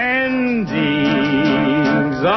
endings